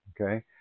Okay